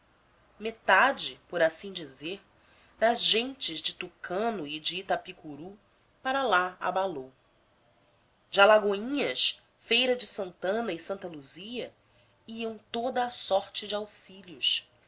metade por assim dizer das gentes de tucano e de itapicuru para lá abalou de alagoinhas feira de santana e santa luzia iam toda a sorte de auxílios